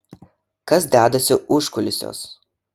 kas dedasi užkulisiuos